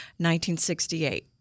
1968